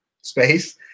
space